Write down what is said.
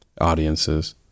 audiences